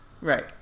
Right